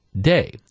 day